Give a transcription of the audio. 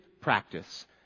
practice